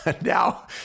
now